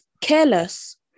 careless